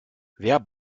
wer